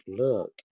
look